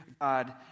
God